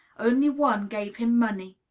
only one gave him money.